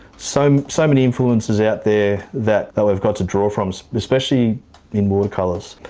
so um so many influences out there that i've got to draw from, especially in watercolours.